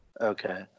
Okay